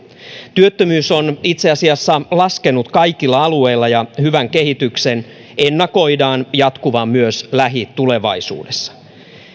työttömyys on itse asiassa laskenut kaikilla alueilla ja hyvän kehityksen ennakoidaan jatkuvan myös lähitulevaisuudessa